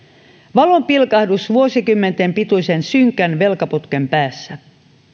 valonpilkahdus vuosikymmenten pituisen synkän velkaputken päässä